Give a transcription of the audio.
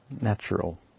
natural